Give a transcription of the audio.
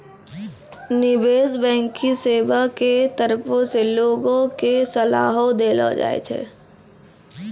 निबेश बैंकिग सेबा के तरफो से लोगो के सलाहो देलो जाय छै